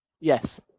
Yes